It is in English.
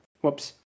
Whoops